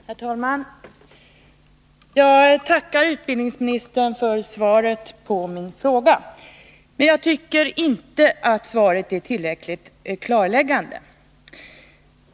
Herr talman! Jag tackar utbildningsministern för svaret på min fråga. Men jag tycker inte att svaret är tillräckligt klarläggande.